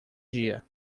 dia